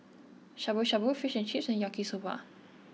Shabu Shabu Fish and Chips and Yaki Soba